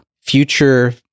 future